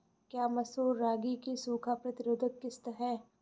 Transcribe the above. क्या मसूर रागी की सूखा प्रतिरोध किश्त है?